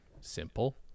simple